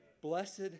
blessed